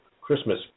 Christmas